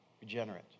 regenerate